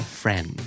friend